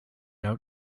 out